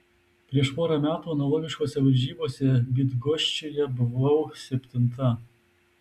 prieš porą metų analogiškose varžybose bydgoščiuje buvau septinta